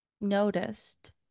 noticed